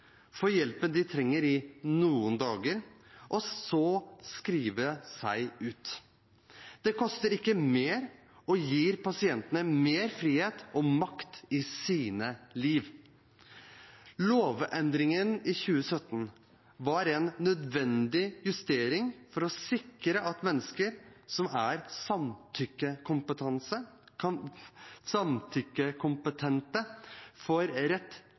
hjelpen de trenger i noen dager, og så skrive seg ut. Det koster ikke mer og gir pasientene mer frihet og makt i sine liv. Lovendringen i 2017 var en nødvendig justering for å sikre at mennesker som er